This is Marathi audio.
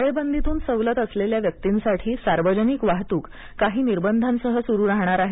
टाळेबंदीतून सवलत असलेल्या व्यक्तींसाठी सार्वजनिक वाहतूक काही निर्बंधांसह सुरू राहणार आहे